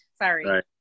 Sorry